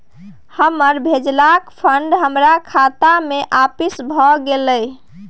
हमर भेजलका फंड हमरा खाता में आपिस भ गेलय